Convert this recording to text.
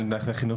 במערכת החינוך,